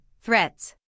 Threats